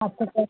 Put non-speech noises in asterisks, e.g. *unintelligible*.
अब *unintelligible*